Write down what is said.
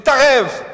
מתערב.